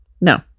No